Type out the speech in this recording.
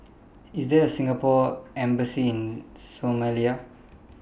IS There A Singapore Embassy in Somalia